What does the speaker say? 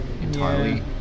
entirely